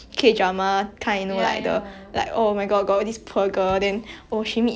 !wah! then like 他们相亲相爱 then in the end 那个 mother 去 like